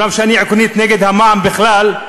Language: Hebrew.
אומנם אני עקרונית נגד המע"מ בכלל,